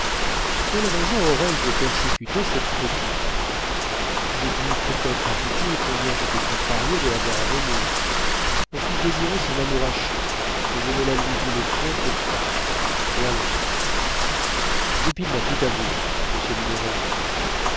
quelle raison aurais-je de persécuter cette petite j'ai dit peut-être à goupil combien j'étais contrarié de la voir à nemours mon fils désiré s'en amourachait et je ne la lui voulais point pour femme voilà goupil m'a tout avoué monsieur